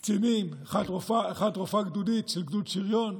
קצינים, אחת רופאה גדודית של גדוד שריון,